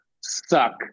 suck